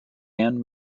ann